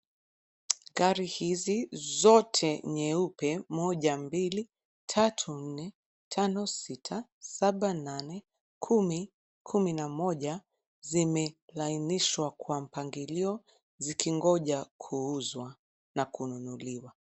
Gari hizi zote nyeupe moja mbili, tatu, nne, tano sita, saba nane, kumi, kumi na moja, zimelainishwa kwa mpangilio, zikingoja kuuzwa na kununuliwa.